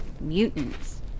mutants